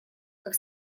как